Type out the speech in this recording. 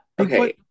Okay